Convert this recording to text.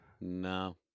No